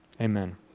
amen